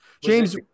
James